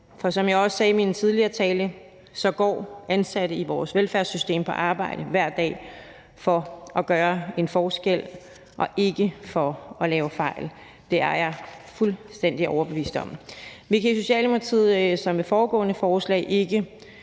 For som jeg også sagde i min tidligere tale, går de ansatte i vores velfærdssystem hver dag på arbejde for at gøre en forskel og ikke for at lave fejl. Det er jeg fuldstændig overbevist om. Vi kan i Socialdemokratiet, ligesom ved det foregående forslag, ikke